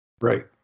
Right